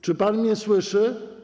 Czy pan mnie słyszy?